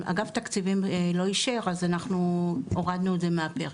אגף תקציבים לא אישר אז אנחנו הורדנו את זה מהפרק.